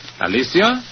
Alicia